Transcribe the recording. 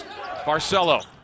Barcelo